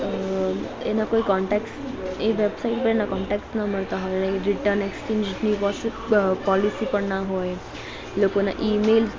અં એના કોઇ કોન્ટેક્ટ્સ એ વેબસાઇટ પરના કોન્ટેક્ટ્સ ના મળતા હોય એ રિટર્ન એક્સચેંજની પોસી પોલિસી પણ ના હોય લોકોના ઇમેલ્સ